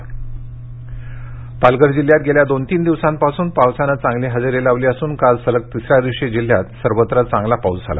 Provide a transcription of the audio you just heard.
पाऊस पालघर जिल्ह्यात गेल्या दोन तीन दिवसांपासून पावसान चांगली हजेरी लावली असून काल सलग तिसऱ्या दिवशी जिल्ह्यात सर्वत्र चांगला पाऊस झाला